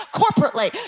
corporately